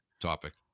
topic